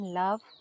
love